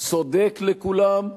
צודק לכולם,